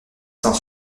cent